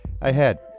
Ahead